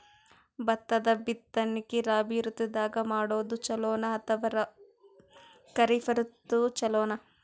ಭತ್ತದ ಬಿತ್ತನಕಿ ರಾಬಿ ಋತು ದಾಗ ಮಾಡೋದು ಚಲೋನ ಅಥವಾ ಖರೀಫ್ ಋತು ಚಲೋನ?